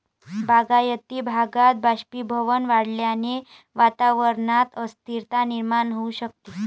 बागायती भागात बाष्पीभवन वाढल्याने वातावरणात अस्थिरता निर्माण होऊ शकते